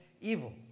evil